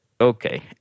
okay